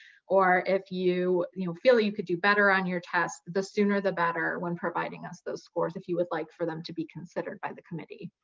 or if you you feel that you could do better on your test, the sooner the better when providing us those scores, if you would like for them to be considered by the committee,